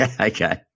Okay